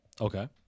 Okay